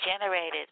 generated